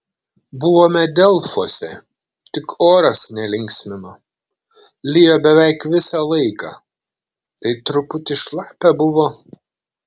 buvome delfuose tik oras nelinksmino lijo beveik visą laiką tai truputį šlapia buvo